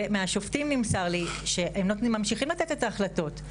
ומהשופטים נמסר לי שהם ממשיכים לתת את ההחלטות,